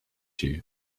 you